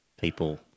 people